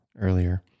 earlier